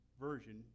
version